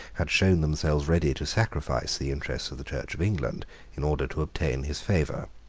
had shown themselves ready to sacrifice the interests of the church of england in order to obtain his favour.